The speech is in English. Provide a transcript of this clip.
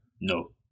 No